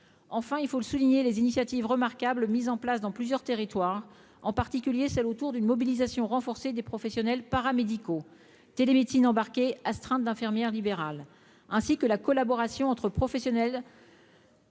enfin, il faut le souligner les initiatives remarquables mises en place dans plusieurs territoires, en particulier celles autour d'une mobilisation renforcée des professionnels paramédicaux télémédecine embarqué astreintes d'infirmières libérales ainsi que la collaboration entre professionnels.